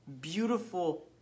beautiful